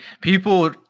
People